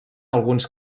alguns